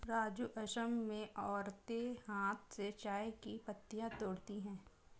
राजू असम में औरतें हाथ से चाय की पत्तियां तोड़ती है